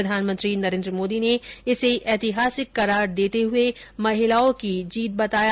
प्रधानमंत्री नरेन्द्र मोदी ने इसे ऐतिहासिक करार देते हुए महिलाओं की जीत बताया